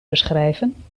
beschrijven